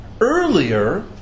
earlier